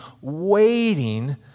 waiting